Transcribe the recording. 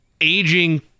aging